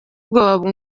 ubwoba